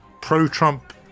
pro-Trump